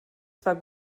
zwar